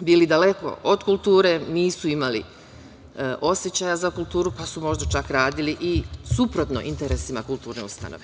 bili daleko od kulture, nisu imali osećaja za kulturu, pa su možda čak radili i suprotno interesima kulturne ustanove.